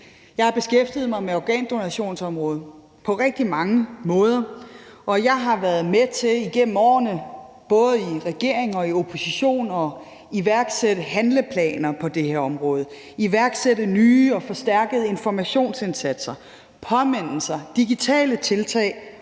Jeg har beskæftiget mig med organdonationsområdet på rigtig mange måder, og jeg har været med til igennem årene både i regering og i opposition at iværksætte handleplaner på det her område, iværksætte nye og forstærkede informationsindsatser, påmindelser, digitale tiltag